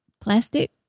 Plastic